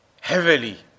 heavily